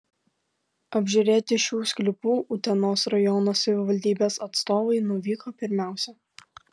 apžiūrėti šių sklypų utenos rajono savivaldybės atstovai nuvyko pirmiausia